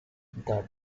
the